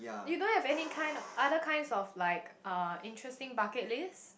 you don't have any kind other kinds of like uh interesting bucket list